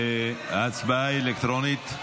ההצבעה היא אלקטרונית.